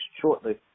shortly